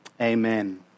Amen